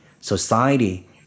society